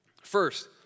First